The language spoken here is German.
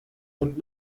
und